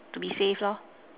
to be safe